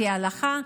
לפי ההלכה,